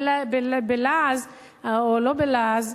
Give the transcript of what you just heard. בלעז או לא בלעז,